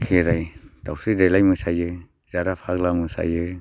खेराइ दावस्रि देलाइ मोसायो जारा फाग्ला मोसायो